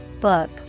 book